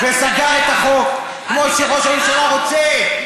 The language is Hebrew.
וסגר את החוק כמו שראש הממשלה רוצה.